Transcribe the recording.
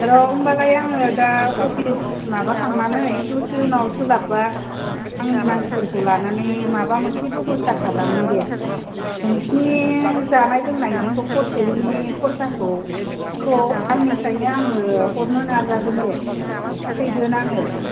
र' होनबालाय आङो दा अफिस माबाखांनानै दसे उनाव सोलाबोबा आंनि मानसिफोरखौ लानानै माबा मोनसे बेब'स्था खालामगोन दे नोंसोरनि जानाय लोंनायनिखौ हरसेनि खरसाखौ आंनिफ्रायनो आङो हरनो नाजागोन दे हैगोन आङो